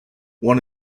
one